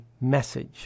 message